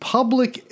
Public